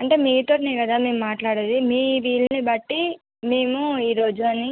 అంటే మీతోటినే కదా మేము మాట్లాడేది మీ వీలుని బట్టి మేము ఈ రోజు అని